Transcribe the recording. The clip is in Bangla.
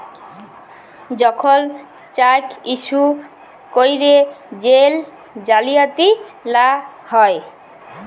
যখল চ্যাক ইস্যু ক্যইরে জেল জালিয়াতি লা হ্যয়